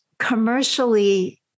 commercially